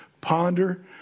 Ponder